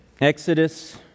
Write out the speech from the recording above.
Exodus